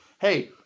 hey